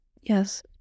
yes